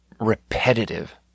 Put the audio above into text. repetitive